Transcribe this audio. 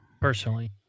Personally